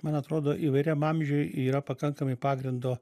man atrodo įvairiam amžiuj yra pakankamai pagrindo